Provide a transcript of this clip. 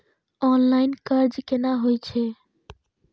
Online कर्ज केना होई छै?